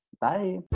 Bye